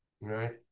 right